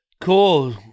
Cool